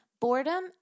boredom